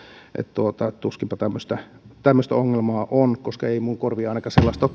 tuskinpa tämmöistä ongelmaa on koska ei ainakaan minun korviini sellaista